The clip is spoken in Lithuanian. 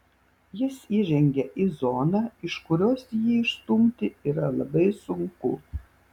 jis įžengia į zoną iš kurios jį išstumti yra labai sunku